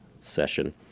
session